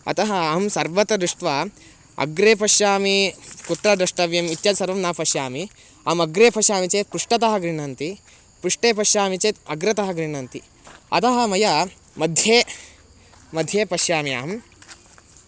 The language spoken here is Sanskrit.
अतः अहं सर्वत्र दृष्ट्वा अग्रे पश्यामि कुत्र द्रष्टव्यम् इत्यादिसर्वं न पश्यामि अहम् अग्रे पश्यामि चेत् पृष्टतः गृह्णन्ति पृष्टे पश्यामि चेत् अग्रतः गृह्णन्ति अतः मया मध्ये मध्ये पश्यामि अहं